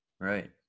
right